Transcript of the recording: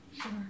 Sure